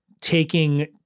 taking